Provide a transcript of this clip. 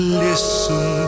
Listen